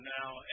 now